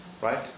Right